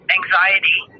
anxiety